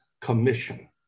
commission